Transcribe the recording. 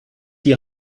die